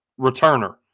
returner